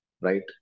right